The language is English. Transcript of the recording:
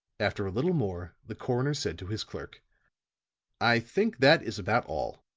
after a little more, the coroner said to his clerk i think that is about all.